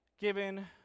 given